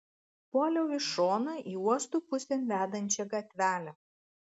puoliau į šoną į uosto pusėn vedančią gatvelę